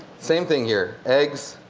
same thing here eggs,